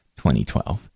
2012